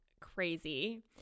crazy